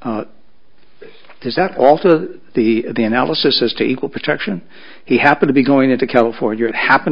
because that also the the analysis has to equal protection he happened to be going to california and happened